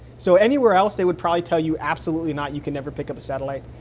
so anywhere else, they would probably tell you absolutely not, you can never pick up a satellite.